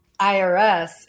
IRS